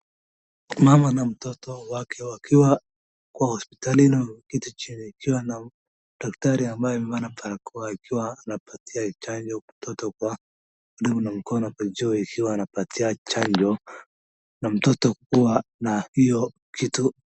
Mama na mtoto wake wakiwa kwa hospitali na wameketi chini wakiwa daktari ambaye amevaa na barakoa akiwa anapatia chanjo mtoto kwa kudunga mkono kwa njia ya kupatia chanjo na mtoto kuwa na hiyo kitu.